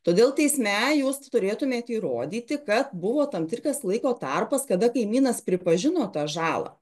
todėl teisme jūs turėtumėt įrodyti kad buvo tam tikras laiko tarpas kada kaimynas pripažino tą žalą